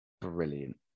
brilliant